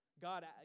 God